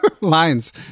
lines